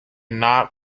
not